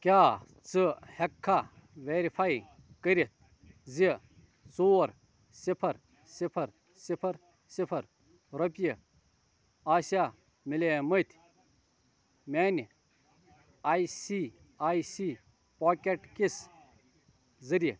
کیٛاہ ژٕ ہیٚکہِ کھا ویرِفاے کٔرِتھ زِ ژور صِفَر صِفَر صِفَر صِفَر رۄپیہِ ٲسیٛاہ مِلیٛامِتۍ میٛانہِ I C I C pocket کِس ذٔریعہٕ